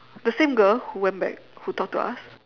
the same girl who went back who talked to us